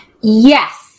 Yes